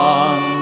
on